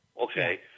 Okay